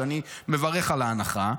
ואני מברך על ההנחה,